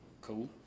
cool